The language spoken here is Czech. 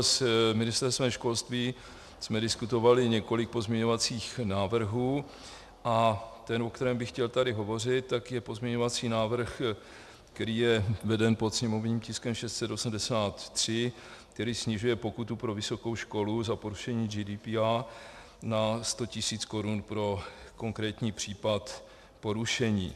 S Ministerstvem školství jsme diskutovali několik pozměňovacích návrhů a ten, o kterém bych chtěl tady hovořit, je pozměňovací návrh, který je veden pod sněmovním tiskem 683, který snižuje pokutu pro vysokou školu za porušení GDPR na 100 tis. korun pro konkrétní případ porušení.